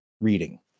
reading